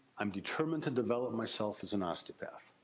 i'm determined to develop myself as an osteopath.